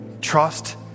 trust